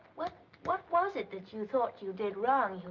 but was was it that you thought you did wrong?